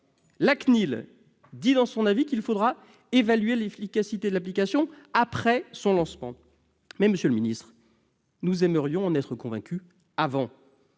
la CNIL précise qu'il faudra évaluer l'efficacité de l'application après son lancement. Mais, monsieur le secrétaire d'État, nous aimerions en être convaincus avant